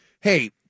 hey